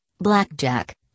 blackjack